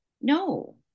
No